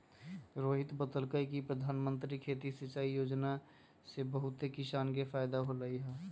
रोहित बतलकई कि परधानमंत्री खेती सिंचाई योजना से बहुते किसान के फायदा होलई ह